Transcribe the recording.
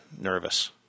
nervous